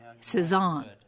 Cezanne